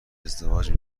ازدواج